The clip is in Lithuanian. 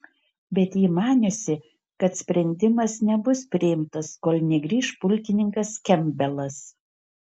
bet ji maniusi kad sprendimas nebus priimtas kol negrįš pulkininkas kempbelas